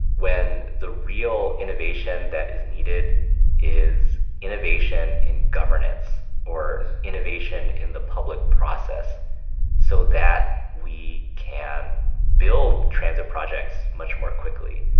when the real innovation that is needed is innovation in governance or innovation in the public process so that we can build the transit projects much more quickly.